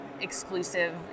exclusive